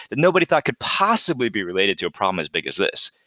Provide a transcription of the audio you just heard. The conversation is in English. and nobody thought could possibly be related to a problem as big as this.